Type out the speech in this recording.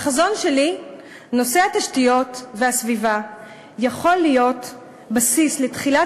בחזון שלי נושא התשתיות והסביבה יכול להיות בסיס לתחילת